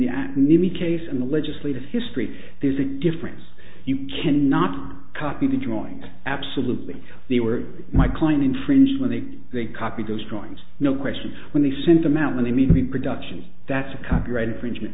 acne case and the legislative history there's a difference you can not copy the drawing absolutely they were my client infringed when they they copied those drawings no question when they sent them out when they mean reproduction that's a copyright infringement